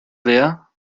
wer